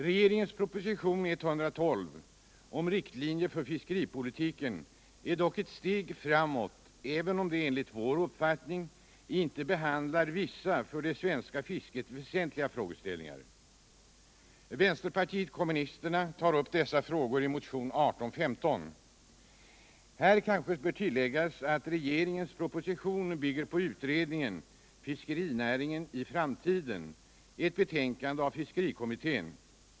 Regeringens proposition nr 112 om riktlinjer för fiskeripolitiken är dock ett gotl steg framåt, även om den enligt vår uppfattning inte behandlar vissa för det svenska fisket väsentliga frågeställningar. Vänsterpartiet kommunisterna tar upp dessa frågor i motionen 1815. Här kanske bör tilläggas att regeringens proposition bygger på utredningen Fiskerinäringen i framtiden, ett betänkande av fiskerikommittén.